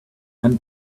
and